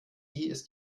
ist